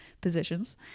positions